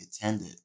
attended